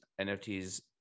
nfts